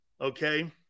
Okay